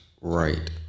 Right